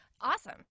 Awesome